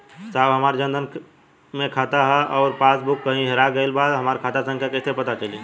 साहब हमार जन धन मे खाता ह अउर पास बुक कहीं हेरा गईल बा हमार खाता संख्या कईसे पता चली?